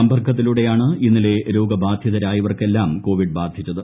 സമ്പർക്കത്തിലൂടെയാണ് ഇന്നലെ രോഗബാധിതരായവർക്കെല്ലാം കോവിഡ് ബാധിച്ചത്